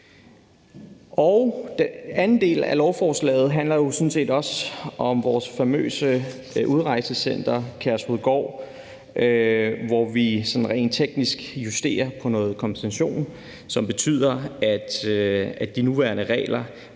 Anden del af lovforslaget handler også om det famøse Udrejsecenter Kærshovedgård, hvor vi rent teknisk justerer på noget kompensation, som betyder, at de nuværende regler